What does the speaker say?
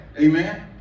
Amen